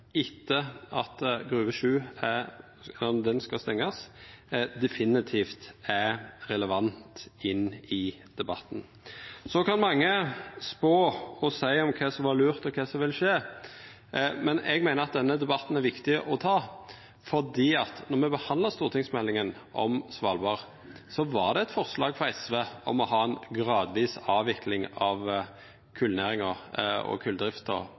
skal stengjast – definitivt er relevante i debatten. Så kan mange spå og seia kva som var lurt, og kva som vil skje, men eg meiner at det er viktig å ta denne debatten, for då me behandla stortingsmeldinga om Svalbard, var det eit forslag frå SV om å ha ei gradvis avvikling av kolnæringa og